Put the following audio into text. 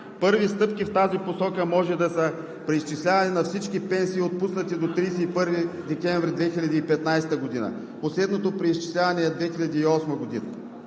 Първи стъпки в тази посока може да са: преизчисляване на всички пенсии, отпуснати до 31 декември 2015 г. – последното преизчисляване е 2008 г.;